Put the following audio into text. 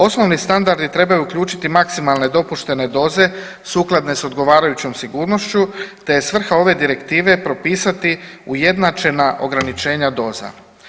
Osnovni standardi trebaju uključiti maksimalne dopuštene doze sukladne sa odgovarajućom sigurnošću, te je svrha ove direktive propisati ujednačena ograničenja doza.